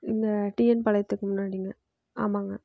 இந்த டிஎன் பாளையத்துக்கு முன்னாடிங்க ஆமாங்க